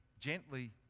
gently